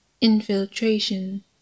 Infiltration